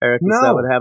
No